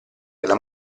della